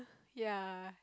ya